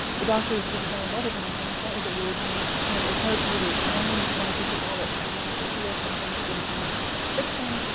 the doctors didn't know what had happened. that was a weird one, and it was hard for her to explain why she took all that time off to heal something that didn't need fixing,